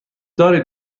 دارید